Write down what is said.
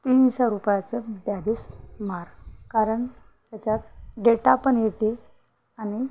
तीनशे रुपयाचं द्याधस मार कारण त्याच्यात डेटा पण येते आणि